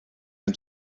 own